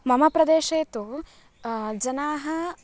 मम प्रदेशे तु जनाः